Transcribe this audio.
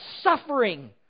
suffering